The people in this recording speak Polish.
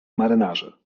marynarze